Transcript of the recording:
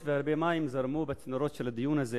היות שהרבה מים זרמו בצינורות של הדיון הזה,